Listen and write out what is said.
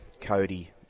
Cody